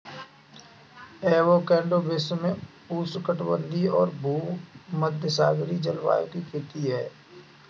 avocado विश्व में उष्णकटिबंधीय और भूमध्यसागरीय जलवायु में खेती की जाती है